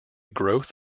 growth